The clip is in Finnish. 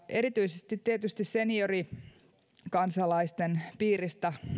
erityisesti tietysti seniorikansalaisten piiristä